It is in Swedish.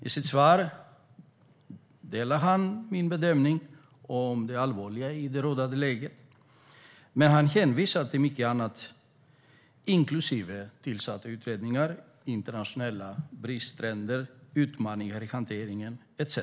I sitt svar delar han min bedömning om det allvarliga i det rådande läget. Han hänvisar till mycket annat, inklusive tillsatta utredningar, internationella bristtrender, utmaningar i hanteringen etcetera.